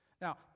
Now